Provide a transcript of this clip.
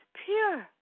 pure